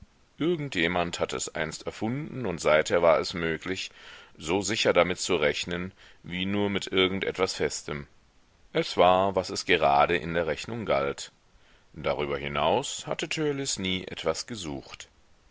irgend jemand hatte es einst erfunden und seither war es möglich so sicher damit zu rechnen wie nur mit irgend etwas festem es war was es gerade in der rechnung galt darüber hinaus hatte törleß nie etwas gesucht